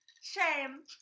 shame